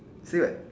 say what